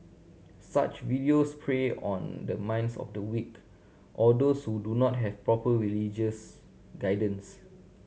such videos prey on the minds of the weak or those who do not have proper religious guidance